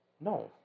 No